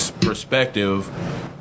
perspective